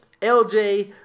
LJ